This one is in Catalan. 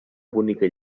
bonica